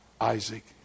Isaac